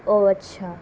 او اچھا